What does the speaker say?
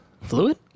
Fluid